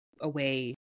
away